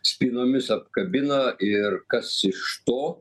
spynomis apkabina ir kas iš to